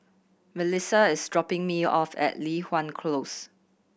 Milissa is dropping me off at Li Hwan Close